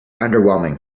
underwhelming